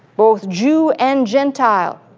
both jew and gentile.